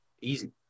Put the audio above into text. easy